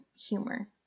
humor